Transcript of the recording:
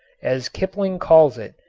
as kipling calls it,